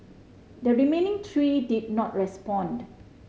the remaining three did not respond